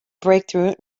breakthrough